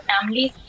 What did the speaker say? families